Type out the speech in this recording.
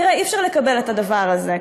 תראה, אי-אפשר לקבל את הדבר הזה.